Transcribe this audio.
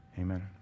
Amen